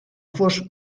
fos